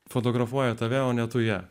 fotografuoja tave o ne tu ją